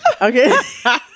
Okay